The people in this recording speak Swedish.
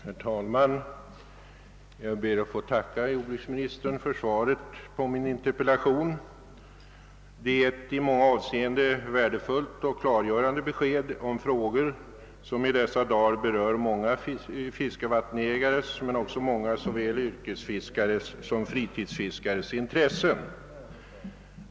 Herr talman! Jag ber att få tacka jordbruksministern för svaret på min interpellation. Det var ett i många avseenden värdefullt och klargörande besked i frågor som i dessa dagar berör många fiskevattensägares men också många såväl yrkesfiskares som fritidsfiskares intressen.